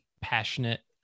passionate